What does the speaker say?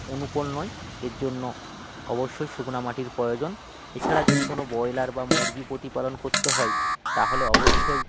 অনুকূল নয় এর জন্য অবশ্যই শুকনো মাটির প্রয়োজন এছাড়া যদি কোনো ব্রয়লার বা মুরগি প্রতিপালন করতে হয় তাহলে অবশ্যই